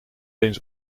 eens